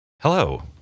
Hello